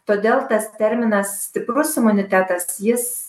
todėl tas terminas stiprus imunitetas jis